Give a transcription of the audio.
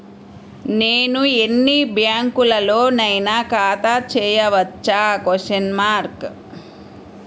నేను ఎన్ని బ్యాంకులలోనైనా ఖాతా చేయవచ్చా?